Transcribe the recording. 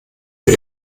für